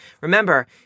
Remember